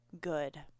good